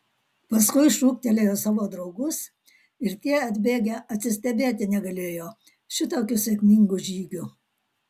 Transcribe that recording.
paskui šūktelėjo savo draugus ir tie atbėgę atsistebėti negalėjo šitokiu sėkmingu žygiu